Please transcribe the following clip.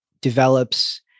develops